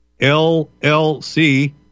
LLC